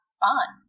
fun